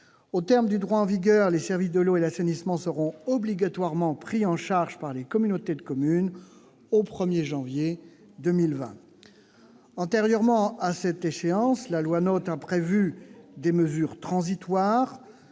aux termes du droit en vigueur, les services de l'eau et de l'assainissement seront obligatoirement pris en charge par les communautés de communes. Avant cette échéance, la loi NOTRe a prévu des mesures transitoires.